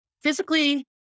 physically